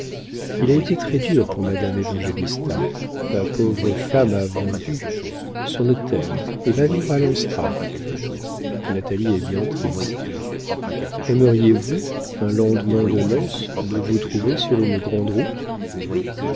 il a été très dur pour madame évangélista la pauvre femme a vendu son hôtel et va vivre à lanstrac natalie est bien triste aimeriez vous pour un lendemain de noces de vous trouver sur une grande route